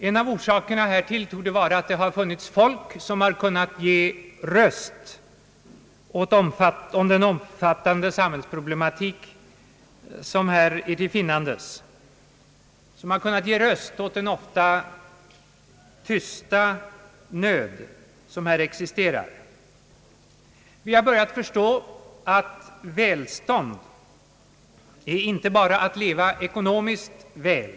En av orsakerna härtill torde vara, att det har funnits människor som har kunnat ge röst åt den omfattande samhällsproblematik som här är till finnandes och som har kunnat ge röst åt den ofta tysta nöd som här existerar. Vi har börjat förstå att välstånd inte bara är att leva ekonomiskt väl.